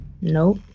nope